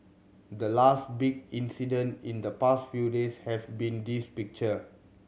the last big incident in the past few days have been this picture